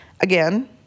Again